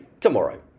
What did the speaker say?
tomorrow